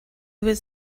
was